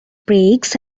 brakes